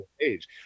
age